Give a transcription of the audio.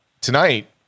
tonight